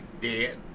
Dead